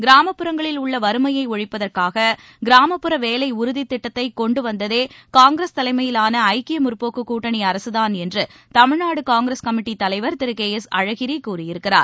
கிராமப்புறங்களில் உள்ள வறுமையை ஒழிப்பதற்காக கிராமப்புற வேலை உறுதித்திட்டத்தை கொன்டு வந்ததே காங்கிரஸ் தலைமையிவான ஐக்கிய முற்போக்கு கூட்டணி அரசுதான் என்று தமிழ்நாடு காங்கிரஸ் கமிட்டித் தலைவர் திரு கே எஸ் அழகிரி கூறியிருக்கிறார்